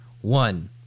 One